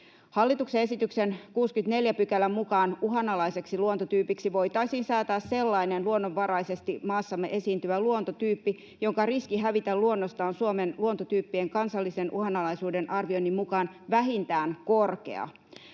Hallituksen esityksen 64 §:n mukaan uhanalaiseksi luontotyypiksi voitaisiin säätää sellainen luonnonvaraisesti maassamme esiintyvä luontotyyppi, jonka riski hävitä luonnosta on Suomen luontotyyppien kansallisen uhanalaisuuden arvioinnin mukaan vähintään korkea.